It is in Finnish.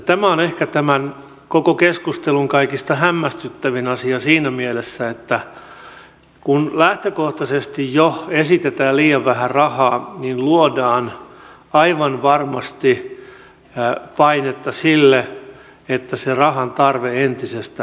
tämä on ehkä tämän koko keskustelun kaikista hämmästyttävin asia siinä mielessä että kun lähtökohtaisesti jo esitetään liian vähän rahaa niin luodaan aivan varmasti painetta sille että se rahan tarve entisestään kasvaa